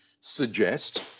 suggest